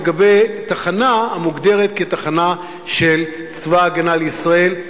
לגבי תחנה המוגדרת תחנה של צבא-הגנה לישראל,